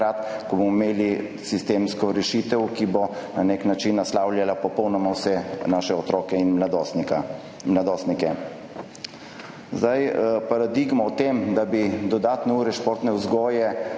ko bomo imeli sistemsko rešitev, ki bo na nek način naslavljala popolnoma vse naše otroke in mladostnike. Paradigma o tem, da bi dodatne ure športne vzgoje